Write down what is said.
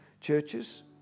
churches